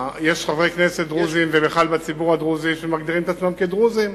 יש חברי כנסת דרוזים ובכלל בציבור הדרוזי שמגדירים את עצמם כדרוזים